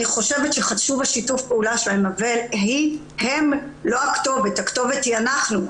אני חושבת שחשוב ששיתוף הפעולה אבל לא הם הכתובת אלא הכתובת היא אנחנו,